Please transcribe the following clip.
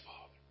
Father